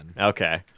Okay